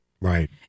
Right